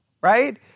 right